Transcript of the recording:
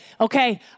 okay